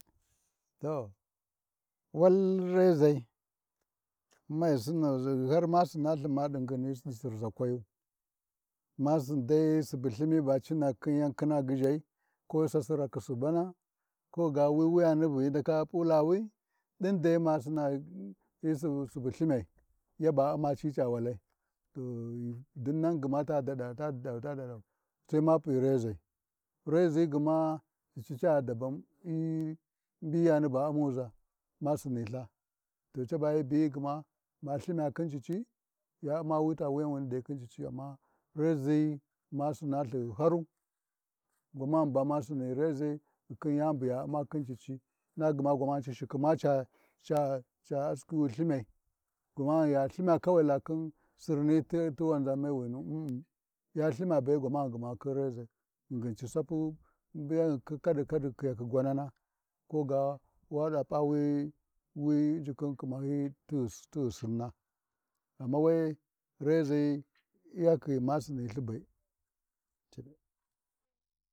To, wal rezai mai Sinuʒa, har ma ma sinalhu ɗi ngin Sirzakwayu, masin dai Subu Lthini ba cina khin yan khina gyiʒai, ko Sisirakhi Subana, koga wi wiyani bu hyi ndaka ɓulawi, ɗin dai masina subu Lthinyai yi ba Umma ci ca walai, to dinnan gma tuɗaɗau ta daɗau ta daɗau, Sai mapi reʒai, riʒi gma cici ca daban, hyi mbuyani ba U’mmuʒa, ma suniLtha, cici ba hyi gma maLthina khin cici, ya Umma wita wuyan wani khin cici amma reʒi ma SinaLhu ɗi haru, gwamani ba ma sini reʒai, yani bu ya Umma khi cici na gma gwamanai ci shiki ma ca, ca ca askhi wi Lthinau, gwamani Ya Lthina La khin Sirni ti wanʒane winu en-in, ya Lthin be gwamani khin reʒai, ghingin ci sapi biya kuɗi kadi khiyakhi gwamana koga waɗa P’a wi-wi injikhin khimahyina tighi Sinna ghana we-e reʒi iyakhi yaddi ma SiniLthibe.